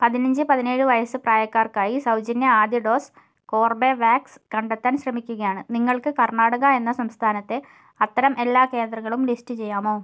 പതിനഞ്ച് പതിനേഴ് വയസ്സ് പ്രായക്കാർക്കായി സൗജന്യ ആദ്യ ഡോസ് കോർബെവാക്സ് കണ്ടെത്താൻ ശ്രമിക്കുകയാണ് നിങ്ങൾക്ക് കർണാടക എന്ന സംസ്ഥാനത്തെ അത്തരം എല്ലാ കേന്ദ്രങ്ങളും ലിസ്റ്റു ചെയ്യാമോ